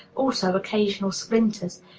also occasional splinters.